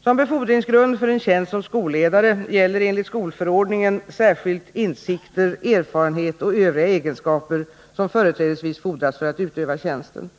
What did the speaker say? Som befordringsgrund för en tjänst som skolledare gäller enligt skolförordningen särskilt insikter, erfarenhet och övriga egenskaper som företrädesvis fordras för att utöva tjänsten.